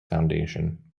foundation